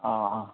ꯑꯥ ꯑꯥ